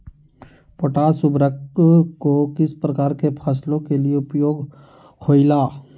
Potash उर्वरक को किस प्रकार के फसलों के लिए उपयोग होईला?